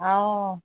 অ'